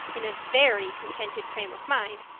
in a very contented frame of mind,